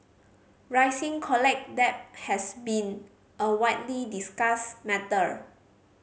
rising college debt has been a widely discussed matter